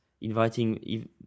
inviting